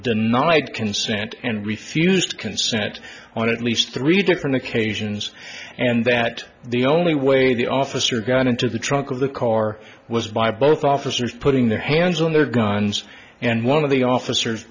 i'd consent and refused consent on at least three different occasions and that the only way the officer got into the trunk of the car was by both officers putting their hands on their guns and one of the officers